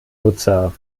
nutzer